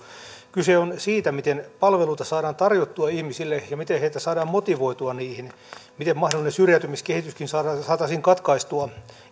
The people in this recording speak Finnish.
kyse on siitä miten palveluita saadaan tarjottua ihmisille ja miten heitä saadaan motivoitua niihin miten mahdollinen syrjäytymiskehityskin saataisiin katkaistua